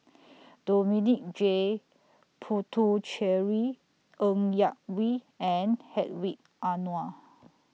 Dominic J Puthucheary Ng Yak Whee and Hedwig Anuar